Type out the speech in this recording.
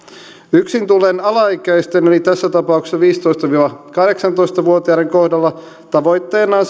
yksin tulleiden alaikäisten eli tässä tapauksessa viisitoista viiva kahdeksantoista vuotiaiden kohdalla tavoitteena on